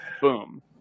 Boom